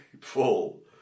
full